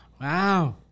Wow